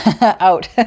out